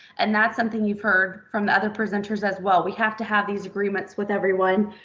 and that's something you've heard from the other presenters as well. we have to have these agreements with everyone.